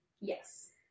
Yes